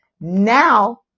Now